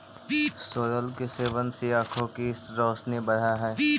सोरल के सेवन से आंखों की रोशनी बढ़अ हई